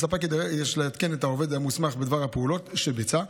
הספק יידרש לעדכן את העובד המוסמך בדבר הפעולות שביצע,